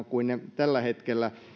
kuin ne tällä hetkellä